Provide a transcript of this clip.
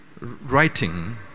writing